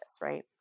right